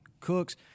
Cooks